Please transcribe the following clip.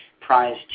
prize